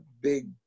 big